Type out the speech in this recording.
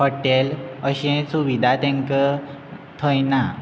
hotel अशें सुविधा तांकां थंय ना